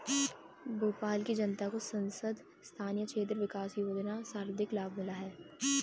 भोपाल की जनता को सांसद स्थानीय क्षेत्र विकास योजना का सर्वाधिक लाभ मिला है